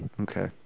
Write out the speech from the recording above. Okay